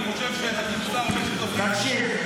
אני חושב שאתה תמצא הרבה שותפים --- תקשיב,